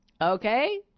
Okay